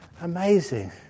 amazing